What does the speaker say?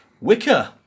Wicker